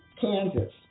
Kansas